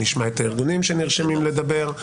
נשמע את הארגונים שנרשמים לדבר,